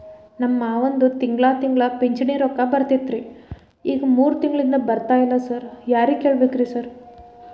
ನಮ್ ಮಾವಂದು ತಿಂಗಳಾ ತಿಂಗಳಾ ಪಿಂಚಿಣಿ ರೊಕ್ಕ ಬರ್ತಿತ್ರಿ ಈಗ ಮೂರ್ ತಿಂಗ್ಳನಿಂದ ಬರ್ತಾ ಇಲ್ಲ ಸಾರ್ ಯಾರಿಗ್ ಕೇಳ್ಬೇಕ್ರಿ ಸಾರ್?